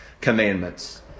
commandments